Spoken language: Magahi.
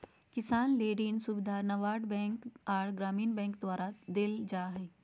किसान ले ऋण सुविधा नाबार्ड बैंक आर ग्रामीण बैंक द्वारा देल जा हय